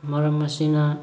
ꯃꯔꯝ ꯑꯁꯤꯅ